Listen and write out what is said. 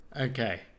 okay